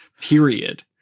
period